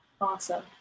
awesome